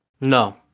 No